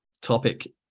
topic